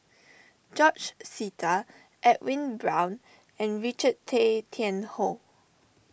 George Sita Edwin Brown and Richard Tay Tian Hoe